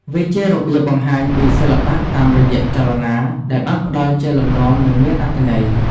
វាជារបៀបបង្ហាញពីសិល្បៈតាមរយៈចលនាដែលបានផ្តល់ជាលំនាំ និងមានអត្ថន័យ។